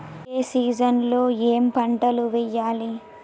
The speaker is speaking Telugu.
ఏ సీజన్ లో ఏం పంటలు వెయ్యాలి?